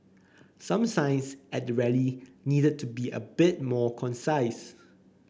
some signs at the rally needed to be a bit more concise